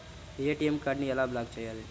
ATM కార్డుని ఎలా block చేయాలి?